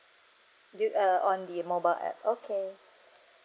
due err on the mobile app okay